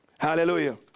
Hallelujah